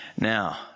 Now